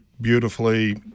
beautifully